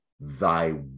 thy